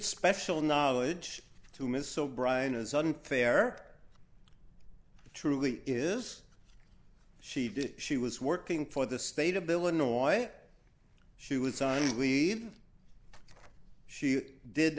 special knowledge to ms so brian is unfair truly is she she was working for the state of illinois she was on leave she did